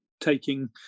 taking